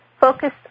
focused